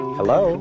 Hello